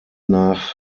nach